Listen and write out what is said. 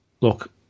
look